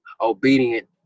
obedient